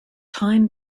time